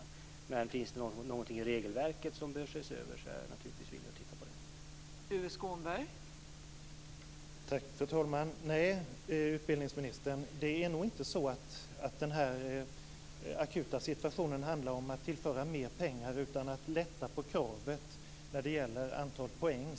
Om det finns något i regelverket som behöver ses över är jag naturligtvis villig att titta på det.